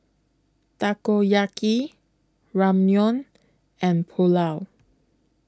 Takoyaki Ramyeon and Pulao